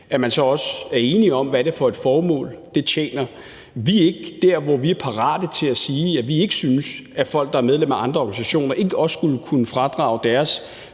at vi så også er enige om, hvad det er for et formål, det tjener. Vi er ikke der, hvor vi er parat til at sige, at vi ikke synes, at folk, der er medlem af andre organisationer, ikke også skulle kunne fradrage deres